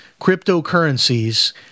cryptocurrencies